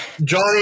Johnny